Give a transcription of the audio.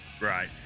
right